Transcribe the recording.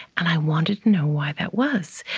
and i wanted to know why that was.